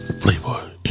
Flavor